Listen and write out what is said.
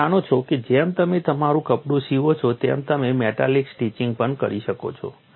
તમે જાણો છો કે જેમ તમે તમારું કપડું સીવો છો તેમ તમને મેટાલિક સ્ટિચિંગ પણ કરી શકો છો